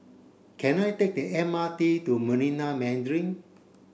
can I take the M R T to Marina Mandarin